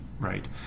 right